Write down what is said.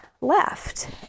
left